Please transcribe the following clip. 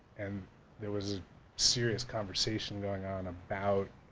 and there was serious conversation going on about